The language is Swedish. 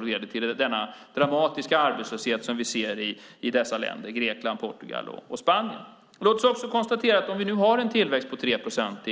Det leder till den arbetslöshet som vi ser i dessa länder, Grekland, Portugal och Spanien. Låt oss också konstatera att vi har en tillväxt på 3 procent